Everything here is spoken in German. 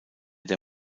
der